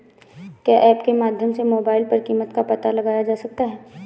क्या ऐप के माध्यम से मोबाइल पर कीमत का पता लगाया जा सकता है?